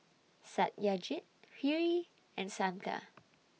Satyajit Hri and Santha